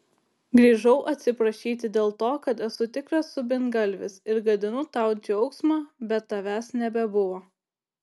grįžau atsiprašyti dėl to kad esu tikras subingalvis ir gadinu tau džiaugsmą bet tavęs nebebuvo